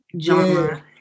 genre